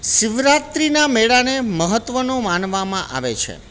શિવ રાત્રિના મેળાને મહત્ત્વનો માનવામાં આવે છે